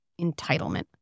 entitlement